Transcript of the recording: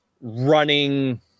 running